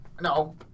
No